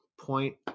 point